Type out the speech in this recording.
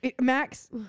Max